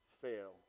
fail